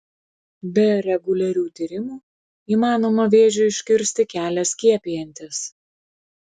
be reguliarių tyrimų įmanoma vėžiui užkirsti kelią skiepijantis